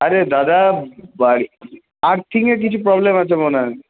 আরে দাদা বাড়ির আরথিংয়ের কিছু প্রবলেম আছে মনে হয়